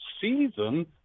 season